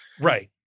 Right